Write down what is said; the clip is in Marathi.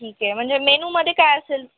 ठीक आहे म्हणजे मेनूमध्ये काय असेल